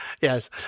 Yes